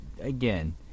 Again